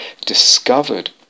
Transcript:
discovered